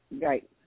right